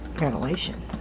Revelation